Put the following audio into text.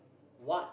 what